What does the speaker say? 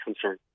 concern